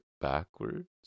backwards